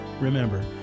Remember